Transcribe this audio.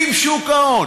אם שוק ההון,